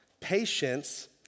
Patience